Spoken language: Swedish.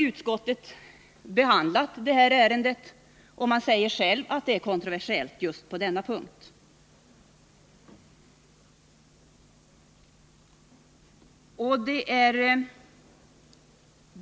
Utskottet har nu behandlat detta ärende, och även utskottet säger att just denna punkt är kontroversiell.